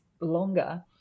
longer